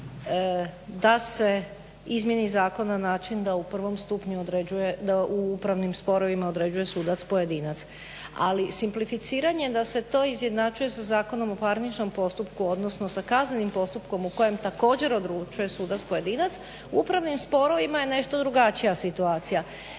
da se izmijeni zakon na način da u prvom stupnju, da u upravnim sporovima određuje sudac pojedinac. Ali simplificiranje da se to izjednačuje sa Zakonom o parničnom postupku, odnosno sa kaznenim postupkom u kojem također odlučuje sudac pojedinac u upravnim sporovima je nešto drugačija situacija.